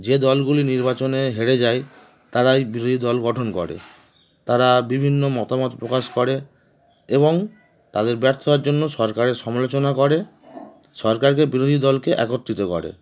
যে দলগুলি নির্বাচনে হেরে যায় তারা এই বিরোধী দল গঠন করে তারা বিভিন্ন মতামত প্রকাশ করে এবং তাদের ব্যর্থ হওয়ার জন্য সরকারের সমালোচনা করে সরকারকে বিরোধী দলকে একত্রিত করে